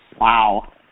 Wow